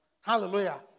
Hallelujah